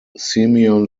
simeon